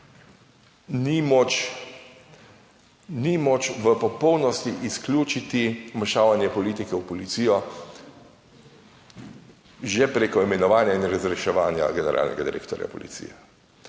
ni moč v popolnosti izključiti vmešavanje politike v policijo že preko imenovanja in razreševanja generalnega direktorja policije.